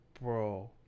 bro